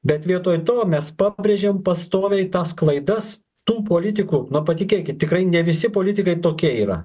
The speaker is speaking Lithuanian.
bet vietoj to mes pabrėžiam pastoviai tas klaidas tų politikų na patikėkit tikrai ne visi politikai tokie yra